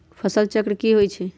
फसल चक्र की होई छै?